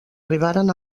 arribaren